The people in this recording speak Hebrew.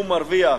והוא מרוויח